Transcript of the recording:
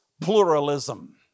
pluralism